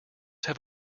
have